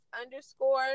underscore